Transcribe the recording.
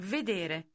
Vedere